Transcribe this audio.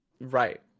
right